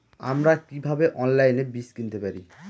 আমরা কীভাবে অনলাইনে বীজ কিনতে পারি?